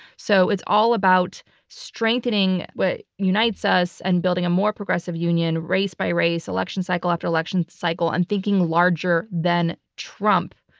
so it's all about strengthening what unites us and building a more progressive union race by race, election cycle after election cycle and thinking larger than trump.